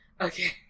okay